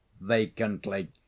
vacantly